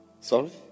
sorry